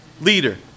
Leader